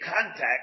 contact